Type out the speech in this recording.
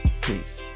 Peace